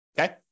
okay